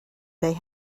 they